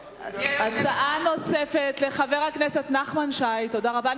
הצעה נוספת לחבר הכנסת נחמן שי, בבקשה.